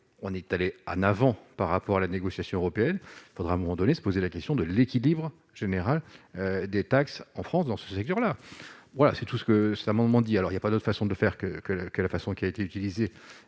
on est allé en avant par rapport à la négociation européenne, il faudra m'ont donné, se poser la question de l'équilibre général des taxes en France dans ce secteur-là, voilà c'est tout ce que cet amendement dit alors il y a pas d'autre façon de faire que que que la façon qu'il a été utilisé,